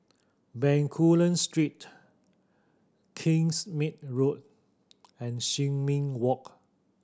Bencoolen Street Kingsmead Road and Sin Ming Walk